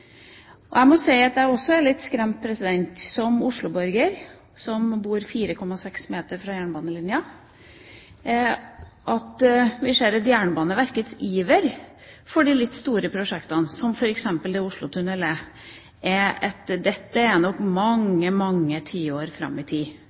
Jeg må si at jeg som Oslo-borger som bor 4,6 meter fra jernbanelinja, også er litt skremt når vi ser Jernbaneverkets iver for de litt store prosjektene, som f.eks. Oslotunnelen. Dette ligger nok mange, mange tiår fram i tid. Noe som jeg syns er ganske skremmende, er